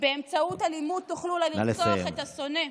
באמצעות אלימות תוכלו אולי לרצוח את השונא,